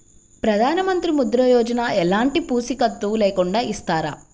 ప్రధానమంత్రి ముద్ర యోజన ఎలాంటి పూసికత్తు లేకుండా ఇస్తారా?